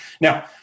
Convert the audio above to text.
Now